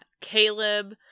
Caleb